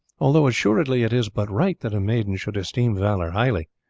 although assuredly it is but right that a maiden should esteem valour highly.